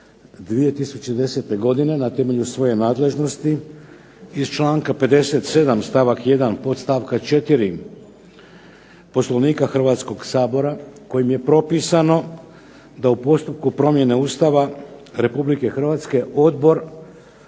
2010. godine na temelju svoje nadležnosti iz članka 57. stavka 1. podstavka 4. Poslovnika Hrvatskoga sabora kojim je propisano da u postupku promjene Ustava Republike Hrvatske Odbor